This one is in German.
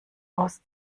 aus